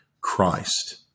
Christ